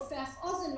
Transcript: אף אוזן גרון,